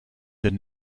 den